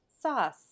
sauce